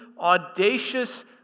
audacious